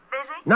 Busy